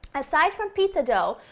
aside from pizza dough,